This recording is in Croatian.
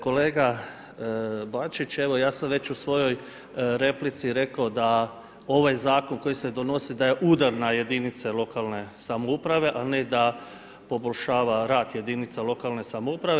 Kolega Bačić, evo ja sam već u svojoj replici rekao da ovaj zakon koju se donosi da je udar na jedinice lokalne samouprave a ne da poboljšava rad jedinica lokalne samouprave.